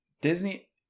Disney